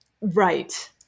Right